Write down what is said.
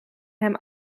hem